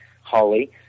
Holly